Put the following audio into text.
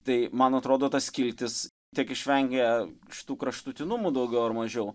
tai man atrodo ta skiltis tiek išvengia šitų kraštutinumų daugiau ar mažiau